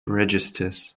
registers